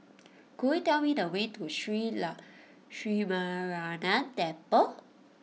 could you tell me the way to Shree Lakshminarayanan Temple